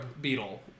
beetle